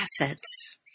assets